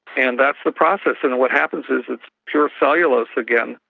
and that's the process. and what happens is it's pure cellulose again,